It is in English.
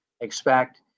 expect